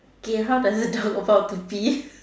okay how does the dog about to pee